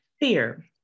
fear